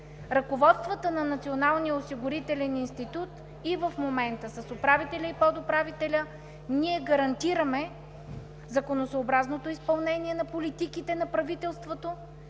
Ръководството на Националния осигурителен институт и в момента – с управителя и подуправителя, гарантира законосъобразното изпълнение на политиките на правителството